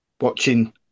Watching